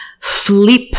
flip